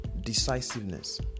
decisiveness